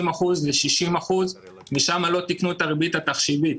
אחוזים ל-60 אחוזים ושם לא תיקנו את הריבית התחשיבית.